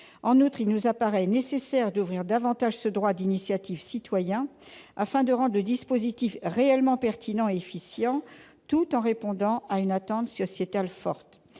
En outre, il nous paraît nécessaire d'ouvrir davantage ce droit d'initiative citoyenne afin de rendre le dispositif réellement pertinent et efficient tout en répondant à une attente sociétale forte.